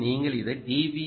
எனவே நீங்கள் இதை டி